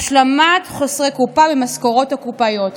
השלמת חוסרי קופה ממשכורות הקופאיות.